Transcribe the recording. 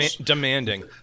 Demanding